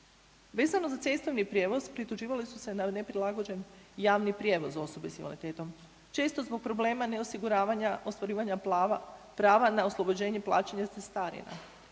Vezano za cestovni prijevoz prituživali su se na neprilagođen javni prijevoz osobe s invaliditetom, često zbog problema neosiguravanja ostvarivanja prava na oslobađanje plaćanja cestarina.